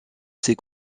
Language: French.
ces